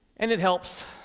and it helps.